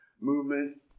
movement